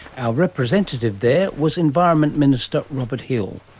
our representative there was environment minister robert hill.